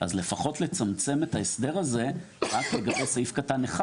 אז לפחות לצמצם את ההסדר הזה רק לגבי סעיף קטן (1),